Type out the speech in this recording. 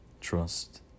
Trust